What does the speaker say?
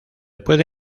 puede